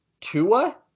Tua